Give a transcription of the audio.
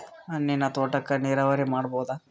ಹಣ್ಣಿನ್ ತೋಟಕ್ಕ ನೀರಾವರಿ ಮಾಡಬೋದ?